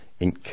Inc